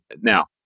now